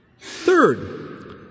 Third